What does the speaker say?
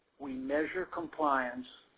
we measure compliance